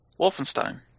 Wolfenstein